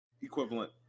equivalent